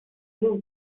blue